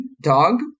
dog